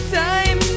time